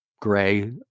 gray